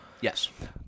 Yes